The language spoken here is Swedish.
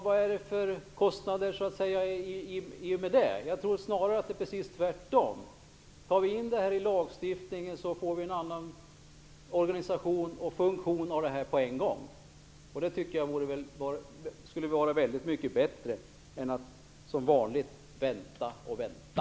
Vad är det för kostnader i samband med utrivningar? Jag tror snarare att det är precis tvärtom. Tar vi in det här i lagstiftningen får vi en annan organisation och funktion av detta på en gång. Det skulle väl vara väldigt mycket bättre än att som vanligt vänta och vänta.